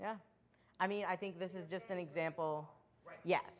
yeah i mean i think this is just an example ye